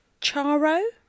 Charo